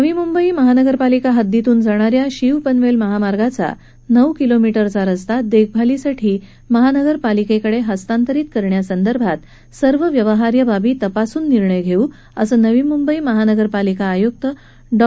नवी मंबई महापालिका हद्दीतन जाणा या शीव पनवेल महामार्गाचा नऊ किलोमीटरचा रस्ता देखभालीसाठी महानगरपालिकेकडे हस्तांतरीत करण्यासंदर्भात सर्व व्यवहार्य बाबी तपासून निर्णय घेऊ असं नवी मुंबई महानगरपालिका आयूक डॉ